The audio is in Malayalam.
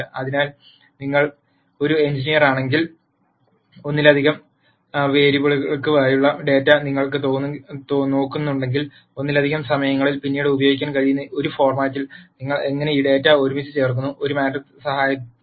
അതിനാൽ നിങ്ങൾ ഒരു എഞ്ചിനീയറാണെങ്കിൽ ഒന്നിലധികം വേരിയബിളുകൾക്കായുള്ള ഡാറ്റ നിങ്ങൾ നോക്കുന്നുണ്ടെങ്കിൽ ഒന്നിലധികം സമയങ്ങളിൽ പിന്നീട് ഉപയോഗിക്കാൻ കഴിയുന്ന ഒരു ഫോർമാറ്റിൽ നിങ്ങൾ എങ്ങനെ ഈ ഡാറ്റ ഒരുമിച്ച് ചേർക്കുന്നു ഒരു മാട്രിക്സ് സഹായകരമാണ്